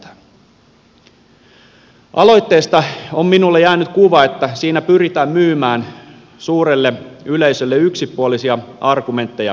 aloitteesta on minulle jäänyt kuva että siinä pyritään myymään suurelle yleisölle yksipuolisia argumentteja käyttäen